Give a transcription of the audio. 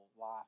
life